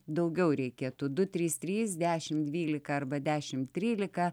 daugiau reikėtų du trys trys dešimt dvylika arba dešimt trylika